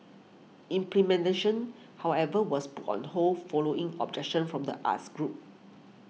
however was put on hold following objection from the arts groups